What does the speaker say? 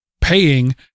Paying